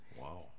Wow